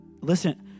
Listen